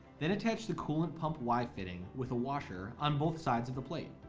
then attach the coolant pump y fitting with a washer on both sides of the plate.